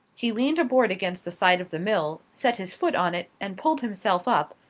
he leaned a board against the side of the mill, set his foot on it, and pulled himself up,